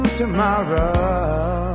tomorrow